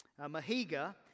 Mahiga